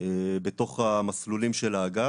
בתוך המסלולים של האגף.